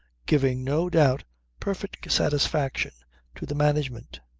giving no doubt perfect satisfaction to the management.